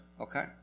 Okay